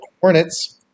Hornets